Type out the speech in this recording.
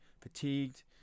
fatigued